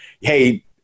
Hey